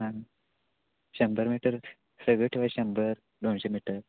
हां शंभर मीटर सगळं ठेवा शंभर दोनशे मीटर